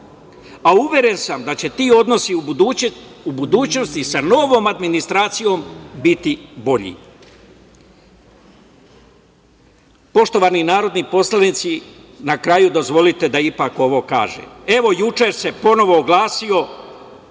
a uveren sam da će ti odnosi u budućnosti sa novom administracijom biti bolji. Poštovani narodni poslanici, na kraju, dozvolite da ipak ovo kažem. Evo, juče se ponovo oglasio